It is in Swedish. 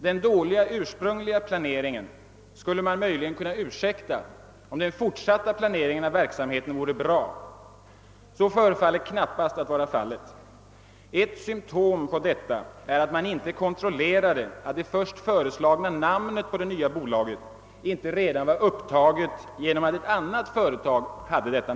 Den dåliga ursprungliga planeringen skulle möjligen kunna ursäktas om den fortsatta planeringen av verksamheten vore bra, men så förefaller knappast vara fallet. Ett symptom på detta är att man inte kontrollerade att det först föreslagna namnet på det nya bolaget inte redan var upptaget av ett annat företag.